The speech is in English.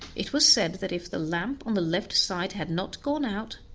it was said that if the lamp on the left side had not gone out,